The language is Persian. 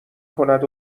کند